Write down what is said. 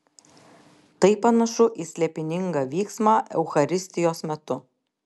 tai panašu į slėpiningą vyksmą eucharistijos metu